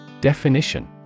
Definition